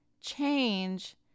change